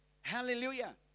Hallelujah